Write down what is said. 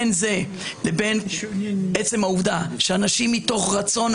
בין זה לבין עצם העובדה שאנשים מתוך רצון